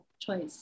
choice